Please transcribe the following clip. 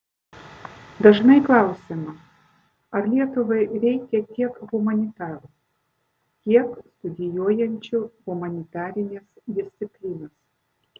dažnai klausiama ar lietuvai reikia tiek humanitarų tiek studijuojančių humanitarines disciplinas